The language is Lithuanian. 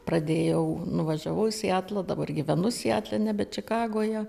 pradėjau nuvažiavau į sietlą dabar gyvenu sietle nebe čikagoje